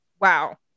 Wow